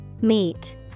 Meet